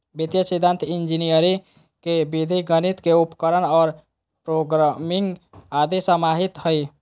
वित्तीय सिद्धान्त इंजीनियरी के विधि गणित के उपकरण और प्रोग्रामिंग आदि समाहित हइ